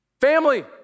Family